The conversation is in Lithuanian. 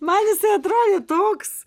man jis neatrodė toks